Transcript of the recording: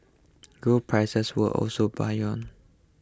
gold prices were also buoyant